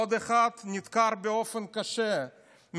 עוד אחד נדקר באופן קשה,